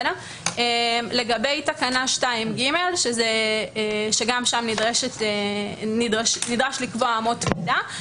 לגבי תקנה 2ג שגם בה נדרש לקבוע אמות מידה.